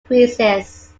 increases